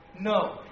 no